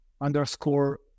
underscore